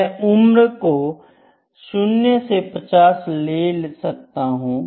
मैं उम्र को 0 से 50 ले सकता हूं